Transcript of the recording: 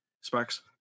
Sparks